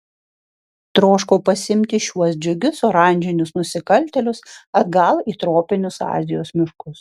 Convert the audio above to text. troškau pasiimti šiuos džiugius oranžinius nusikaltėlius atgal į tropinius azijos miškus